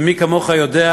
ומי כמוך יודע,